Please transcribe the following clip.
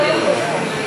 בבקשה.